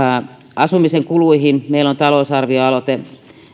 asumisen kuluihin meillä on talousarvioaloite